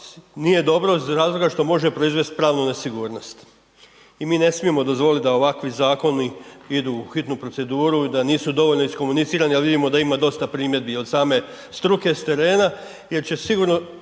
nije dobro iz razloga što može proizvest pravnu nesigurnost. I mi ne smijemo dozvolit da ovakvi zakoni idu u hitnu proceduru i da nisu dovoljno iskomunicirani, ali vidimo da ima dosta primjedbi i od same struke s terena, jer će sigurno